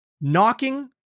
knocking